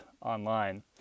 online